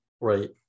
right